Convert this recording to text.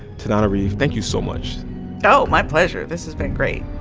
tananarive, thank you so much oh, my pleasure. this has been great